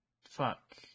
Fuck